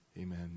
Amen